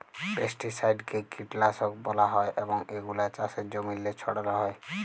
পেস্টিসাইডকে কীটলাসক ব্যলা হ্যয় এবং এগুলা চাষের জমিল্লে ছড়াল হ্যয়